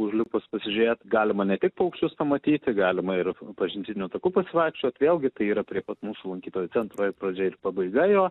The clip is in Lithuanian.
užlipus pasižiūrėt galima ne tik paukščius pamatyti galima ir pažintiniu taku pasivaikščiot vėlgi tai yra prie pat mūsų lankytojų centro ir pradžia ir pabaiga jo